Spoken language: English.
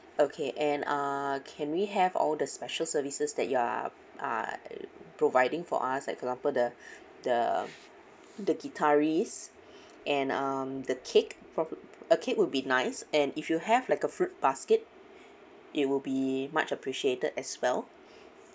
okay and uh can we have all the special services that you're are providing for us like for example the the the guitarist and um the cake for a cake would be nice and if you have like a fruit basket it would be much appreciated as well